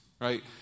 right